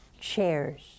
chairs